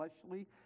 fleshly